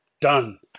Done